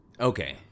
Okay